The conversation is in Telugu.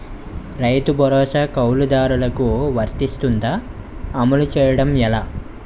రైతు భరోసా కవులుదారులకు వర్తిస్తుందా? అమలు చేయడం ఎలా